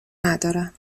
ندارم